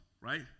right